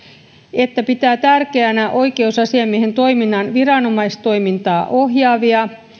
että se pitää tärkeänä oikeusasiamiehen toiminnan viranomaistoimintaa ohjaavia